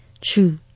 true